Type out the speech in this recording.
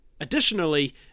Additionally